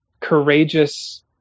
courageous